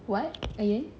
what again